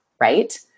right